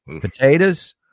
Potatoes